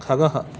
खगः